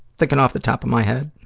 thinking off the top of my head.